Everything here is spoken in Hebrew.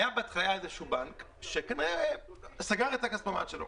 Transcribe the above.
היה בהתחלה איזשהו בנק שסגר את הכספומט שלו.